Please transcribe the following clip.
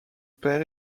père